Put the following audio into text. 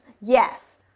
Yes